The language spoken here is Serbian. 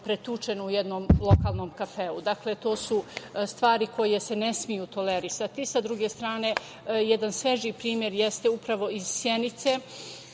pretučen u jednom lokalnom kafeu. Dakle, to su stvari koje se ne smeju tolerisati.S druge strane, jedan svežiji primer jeste upravo iz Sjenice,